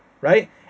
right